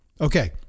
Okay